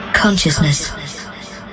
Consciousness